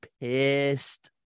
pissed